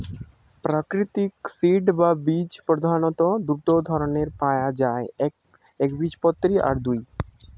প্রাকৃতিক সিড বা বীজ প্রধাণত দুটো ধরণের পায়া যায় একবীজপত্রী আর দুই